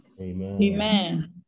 Amen